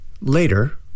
Later